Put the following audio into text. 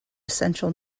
essential